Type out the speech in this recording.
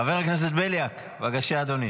חבר הכנסת בליאק, בבקשה, אדוני.